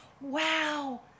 wow